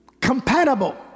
compatible